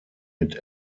mit